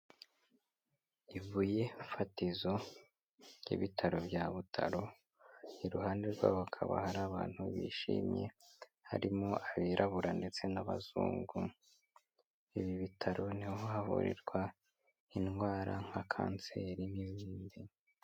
Ibuye fatizo ry'ibitaro bya Butaro, iruhande rw'aho hakaba hari abantu bishimye, harimo abirabura ndetse n'abazungu. Ibi bitaro niho havurirwa indwara, nka kanseri n'izindi.